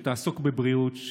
שתעסוק בבריאות,